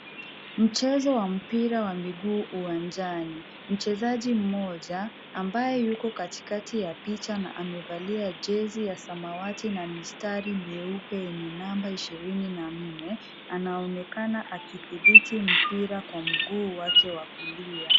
Mchezo wa mpira wa miguu uwanjani. Mchezaji mmoja ambaye yuko katikati ya picha na amevalia jezi ya samawati na mistari mieupe yenye namba ishirini na nne, anaonekana akidhibiti mpira kwa mguu wake wa kulia.